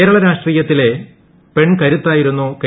കേരള രാഷ്ട്രീയ ത്തിലെ പെൺ കരുത്തായിരുന്നു കെ